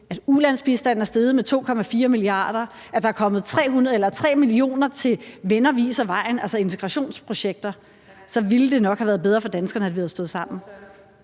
at ulandsbistanden er steget med 2,4 mia. kr., og at der er kommet 3 mio. kr. til »Venner Viser Vej«, altså integrationsprojekter, så ville det nok have været bedre for danskerne, at vi havde stået sammen.